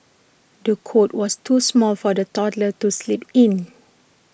the cot was too small for the toddler to sleep in